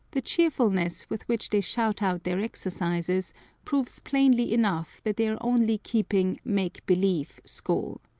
the cheerfulness with which they shout out their exercises proves plainly enough that they are only keeping make-believe school.